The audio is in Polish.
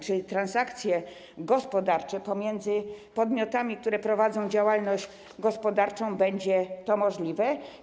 Czy transakcje gospodarcze pomiędzy podmiotami, które prowadzą działalność gospodarczą, będą możliwe?